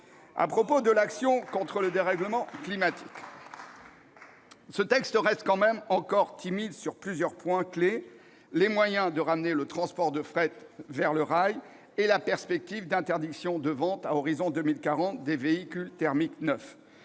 À propos de l'action contre le dérèglement climatique, ce texte reste encore très timide sur plusieurs points clés : les moyens de ramener le transport de fret vers le rail et la perspective d'interdiction de vente à l'horizon de 2040 des véhicules thermiques neufs.